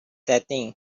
setting